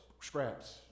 scraps